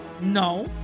no